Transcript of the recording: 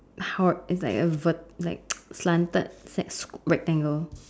how it's like a vert~ like slanted sex rectangle